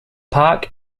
park